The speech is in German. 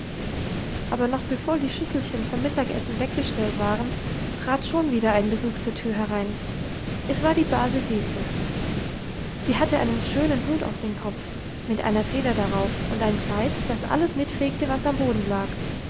aber noch bevor die schüsselchen vom mittagessen weggestellt waren trat schon wieder ein besuch zur tür herein es war die base dete sie hatte einen schönen hut auf dem kopf mit einer feder darauf und ein kleid das alles mitfegte was am boden lag